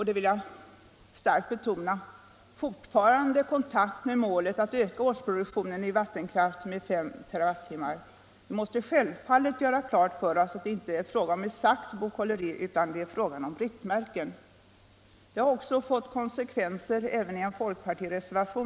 Detta senare förslag, som i mycket är en uppföljning av centerns partimotion som väcktes i januari, ger en praktiskt hanterbar möjlighet att pröva om en energikrävande industri skall få etableras.